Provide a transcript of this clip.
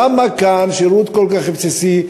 למה כאן שירות כל כך בסיסי,